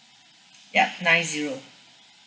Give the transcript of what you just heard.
yup nine zero